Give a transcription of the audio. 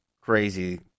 crazy